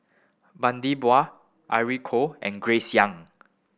Bani Buang Irene Khong and Grace Young